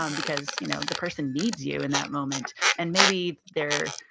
um because you know the person needs you in that moment and maybe they're,